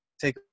take